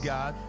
God